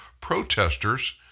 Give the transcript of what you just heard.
protesters